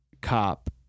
cop